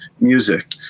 music